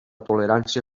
tolerància